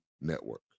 Network